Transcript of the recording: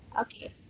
okay